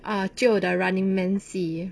ah 旧的 running man 戏